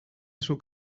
zuk